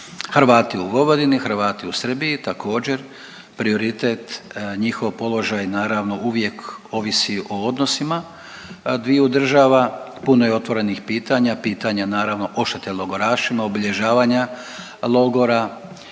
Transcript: Hrvati u Vojvodini, Hrvati u Srbiji također prioritet njihov položaj naravno uvijek ovisi o odnosima dviju država. Puno je otvorenih pitanja, pitane naravno odštete logorašima, obilježavanja logora.